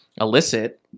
illicit